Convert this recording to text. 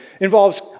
Involves